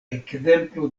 ekzemplo